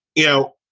you know,